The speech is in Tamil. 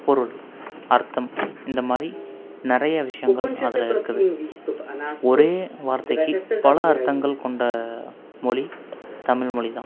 பொருள் அர்த்தம் இந்தமாதிரி நிறைய விஷயங்கள் அதில் இருக்குது ஒரே வார்த்தைக்கு பல அர்த்தங்கள் கொண்ட மொழி தமிழ் மொழி தான்